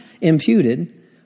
imputed